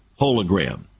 Hologram